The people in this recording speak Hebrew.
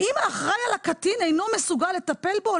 אם האחראי על הקטין אינו מסוגל לטפל בו או